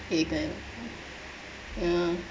pay back yeah